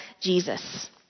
Jesus